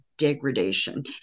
Degradation